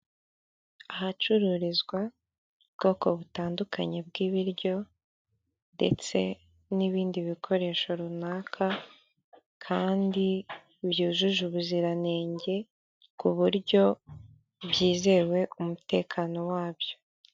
Ahacururizwa ubwoko butandukanye bw'ibiryo ndetse n'ibindi bikoresho runaka kandi byujuje ubuziranenge ku buryo byizewe umutekano wabyo.